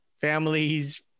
families